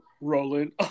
Roland